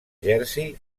jersey